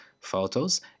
photos